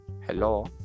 Hello